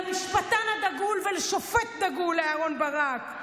למשפטן הדגול ולשופט דגול, לאהרן ברק.